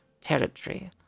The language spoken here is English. territory